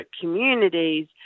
communities